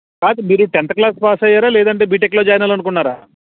కాదు మీరు tenth class pass అయ్యారా లేదంటే బీటెక్లో చేరాలనుకున్నారా